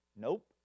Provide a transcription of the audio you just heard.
Nope